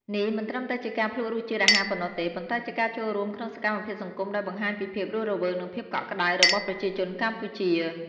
នេះមិនត្រឹមតែជាការភ្លក្សរសជាតិអាហារប៉ុណ្ណោះទេ ប៉ុន្តែជាការចូលរួមក្នុងសកម្មភាពសង្គមដែលបង្ហាញពីភាពរស់រវើក និងភាពកក់ក្តៅរបស់ប្រជាជនកម្ពុជា។